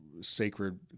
Sacred